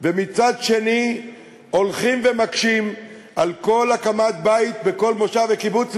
ומצד שני הולכים ומקשים בכל הקמת בית בכל מושב וקיבוץ,